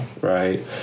right